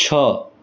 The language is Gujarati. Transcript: છ